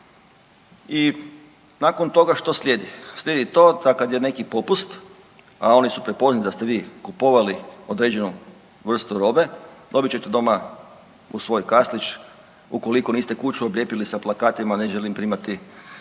I nakon toga što slijedi? Slijedi to da kad je neki popust, a oni su prepoznali da ste vi kupovali određenu vrstu robe dobit ćete doma u svoj kaslić ukoliko kuću oblijepili sa plakatima ne želim primati kataloge,